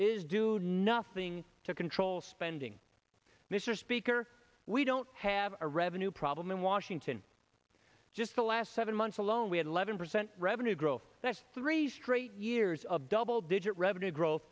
is do nothing to control spending mr speaker we don't have a revenue problem in washington just the last seven months alone we had eleven percent revenue growth that's three straight years of double digit revenue growth